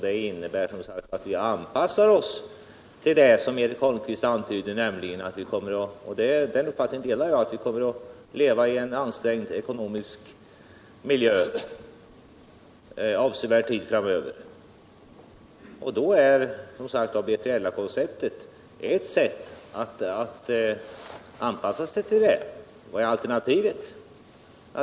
Det innebär att vi anpassar oss till det som Eric Holmqvist antydde — och den uppfattningen delar jag - nämligen att vi kommer att leva i en ansträngd ekonomisk miljö för avsevärd tid framöver. Och då är B3JLA projektet ett sätt att anpassa sig. Vad är alternativet?